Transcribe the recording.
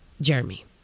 Jeremy